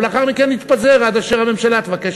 ולאחר מכן יתפזר עד אשר הממשלה תבקש